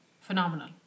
phenomenal